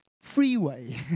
freeway